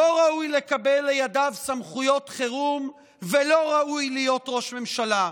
לא ראוי לקבל לידיו סמכויות חירום ולא ראוי להיות ראש ממשלה.